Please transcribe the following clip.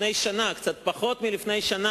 לפני קצת פחות משנה,